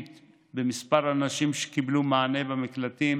במספר הנשים שקיבלו מענה במקלטים